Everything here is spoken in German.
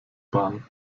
bahn